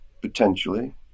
potentially